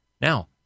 now